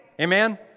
Amen